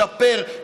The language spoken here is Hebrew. לשפר,